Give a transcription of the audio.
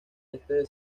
este